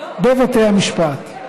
בבתי המשפט.